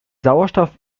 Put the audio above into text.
sauerstoff